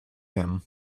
him